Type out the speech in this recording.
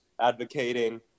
advocating